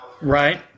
Right